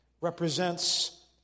represents